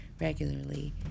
regularly